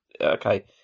Okay